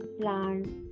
plant